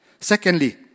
Secondly